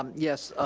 um yes.